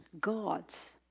gods